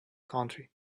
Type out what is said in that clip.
country